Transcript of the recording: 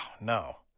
no